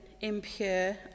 impure